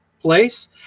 place